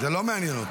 זה לא מעניין אותו.